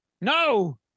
No